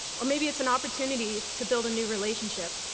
or maybe it's an opportunity to build a new relationship,